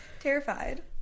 terrified